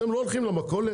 אתם לא הולכים למכולת?